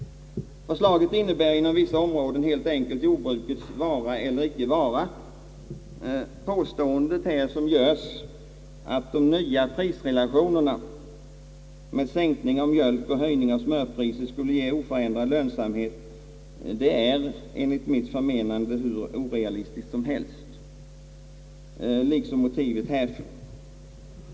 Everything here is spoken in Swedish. Förslaget innebär inom vissa områden helt enkelt jordbrukets vara eller inte vara. Påståendet här om att de nya prisrelationerna med sänkning av mjölkpriset och höjning av smörpriset skulle ge oförändrad lönsamhet är hur orealistiskt som helst, liksom motivet härför.